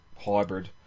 hybrid